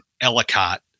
Ellicott